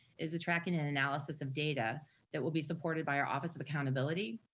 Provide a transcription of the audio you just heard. is the tracking and analysis of data that will be supported by our office of accountability,